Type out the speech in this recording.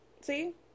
see